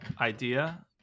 idea